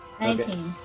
nineteen